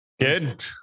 Good